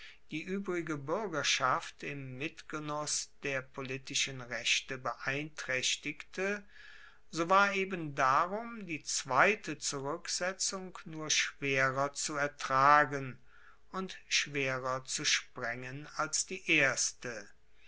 die uebrige buergerschaft im mitgenuss der politischen rechte beeintraechtigte so war eben darum die zweite zuruecksetzung nur schwerer zu ertragen und schwerer zu sprengen als die erste